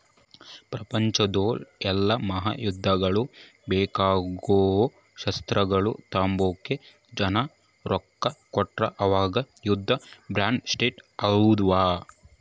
ಪ್ರಪಂಚುದ್ ಎಲ್ಡೂ ಮಹಾಯುದ್ದಗುಳ್ಗೆ ಬೇಕಾಗೋ ಶಸ್ತ್ರಗಳ್ನ ತಾಂಬಕ ಜನ ರೊಕ್ಕ ಕೊಡ್ತಿದ್ರು ಅವಾಗ ಯುದ್ಧ ಬಾಂಡ್ ಸ್ಟಾರ್ಟ್ ಆದ್ವು